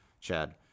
Chad